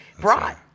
brought